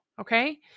Okay